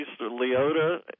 Leota